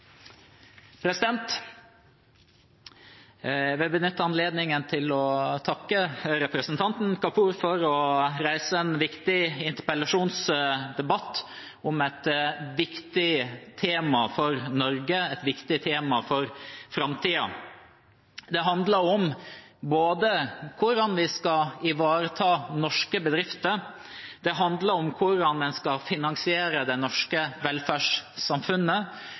Jeg vil benytte anledningen til å takke representanten Kapur for å reise en viktig interpellasjonsdebatt om et viktig tema for Norge og et viktig tema for framtiden. Det handler både om hvordan vi skal ivareta norske bedrifter, det handler om hvordan en skal finansiere det norske velferdssamfunnet,